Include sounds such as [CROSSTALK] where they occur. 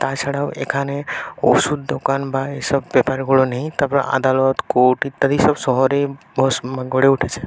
তাছাড়াও এখানে ওষুধ দোকান বা এইসব ব্যাপারগুলো নেই তারপরে আদালত কোর্ট ইত্যাদি সব শহরে [UNINTELLIGIBLE] গড়ে উঠেছে